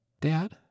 Dad